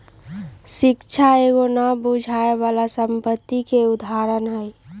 शिक्षा एगो न बुझाय बला संपत्ति के उदाहरण हई